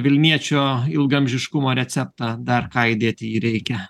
vilniečio ilgaamžiškumo receptą dar ką įdėti į jį reikia